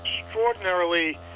extraordinarily